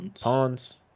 pawns